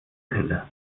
pille